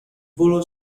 volo